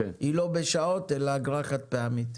היא לא בשעות, אלא אגרה חד פעמית.